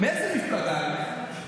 מאיזה מפלגה הם?